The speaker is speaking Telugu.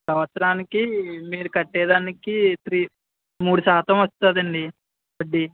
సంవత్సరానికి మీరు కట్టేదానికి త్రీ మూడు శాతం వస్తుందండీ వడ్డీ